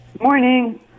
Morning